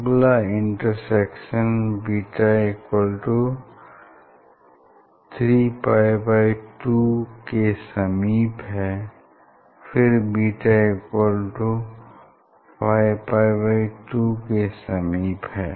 अगला इंटरसेक्शन β3π2 के समीप है फिर β5π2 के समीप है